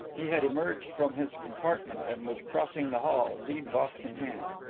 he had emerged from his compartment and was crossing the hall, deed-box in hand.